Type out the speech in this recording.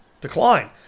Decline